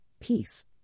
peace